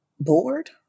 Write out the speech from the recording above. bored